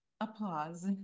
applause